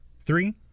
Three